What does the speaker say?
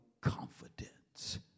confidence